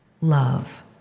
Love